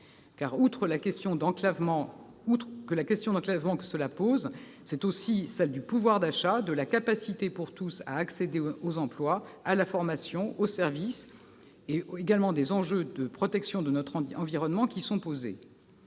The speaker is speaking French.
Outre la question de l'enclavement, c'est aussi celle du pouvoir d'achat et de la capacité pour tous à accéder aux emplois, à la formation et aux services, ainsi que les enjeux de la protection de notre environnement, qui sont posés.